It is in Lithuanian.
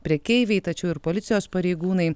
prekeiviai tačiau ir policijos pareigūnai